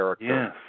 Yes